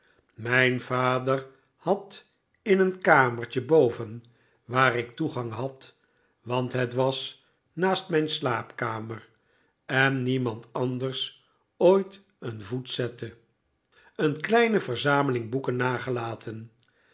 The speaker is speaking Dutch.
mijn vader had in een kamertje boven waar ik toegang had want het was naast mijn slaapkamer en niemand anders ooit een voet zette een kleine verzameling boeken nagelaten